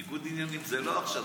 ניגוד עניינים זה לא עכשיו,